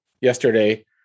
yesterday